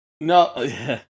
No